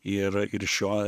ir ir šio